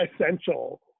essential